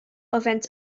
events